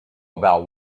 about